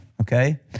Okay